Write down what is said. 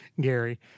Gary